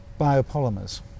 Biopolymers